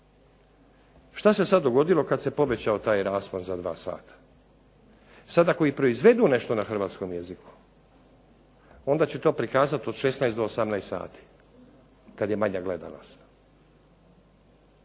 Šta se sad dogodilo kad se povećao taj raspon za 2 sata? Sad ako i proizvedu nešto na hrvatskom jeziku, onda će to prikazati od 16 do 18 sati, kad je manja gledanost.